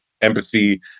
empathy